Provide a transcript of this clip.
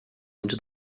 into